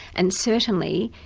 and certainly,